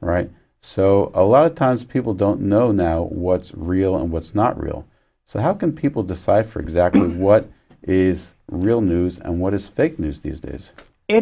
right so a lot of times people don't know know what's real and what's not real so how can people decipher exactly what is real news and what is fake news these days it